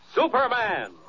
Superman